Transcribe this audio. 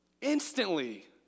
instantly